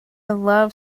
love